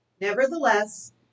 Nevertheless